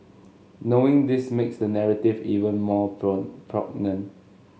knowing this makes the narrative even more poignant